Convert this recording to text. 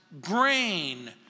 grain